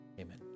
Amen